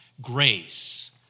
grace